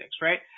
right